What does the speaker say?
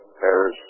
Paris